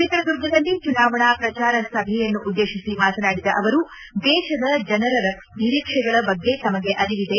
ಚಿತ್ರದುರ್ಗದಲ್ಲಿ ಚುನಾವಣಾ ಪ್ರಚಾರ ಸಭೆಯನ್ನು ಉದ್ದೇಶಿಸಿ ಮಾತನಾಡಿದ ಅವರು ದೇಶದ ಜನರ ನಿರೀಕ್ಷೆಗಳ ಬಗ್ಗೆ ತಮಗೆ ಅರಿವಿದೆ